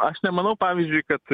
aš nemanau pavyzdžiui kad